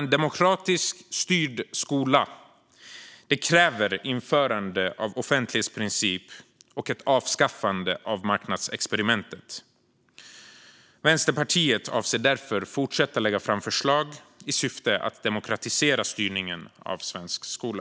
En demokratiskt styrd skola kräver införande av offentlighetsprincipen och ett avskaffande av marknadsexperimentet. Vänsterpartiet avser därför att fortsätta att lägga fram förslag i syfte att demokratisera styrningen av svensk skola.